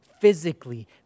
physically